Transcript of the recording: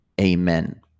Amen